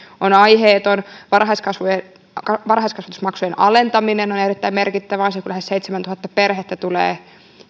on aiheeton varhaiskasvatusmaksujen alentaminen on on erittäin merkittävä asia kun lähes seitsemäntuhatta perhettä tulee